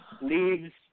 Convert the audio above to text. leaves